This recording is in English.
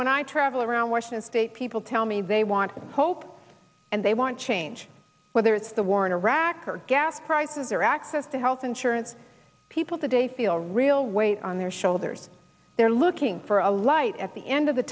when i travel around washington state people tell me they want hope and they want change whether it's the war in iraq or gas prices or access to health insurance people today feel a real weight on their shoulders they're looking for a light at the end of the